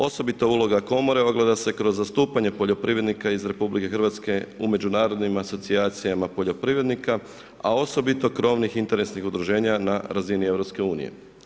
Osobita uloga komore ogleda se kroz zastupanje poljoprivrednika iz RH u međunarodnim asocijacijama poljoprivrednika, a osobito krovnih interesnih udruženja na razini Europske unije.